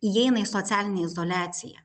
įeina į socialinę izoliaciją